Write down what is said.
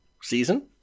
season